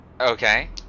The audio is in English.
Okay